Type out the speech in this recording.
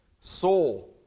soul